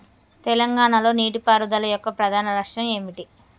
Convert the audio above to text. తెలంగాణ లో నీటిపారుదల యొక్క ప్రధాన లక్ష్యం ఏమిటి?